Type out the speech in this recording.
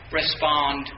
respond